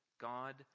god